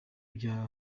bya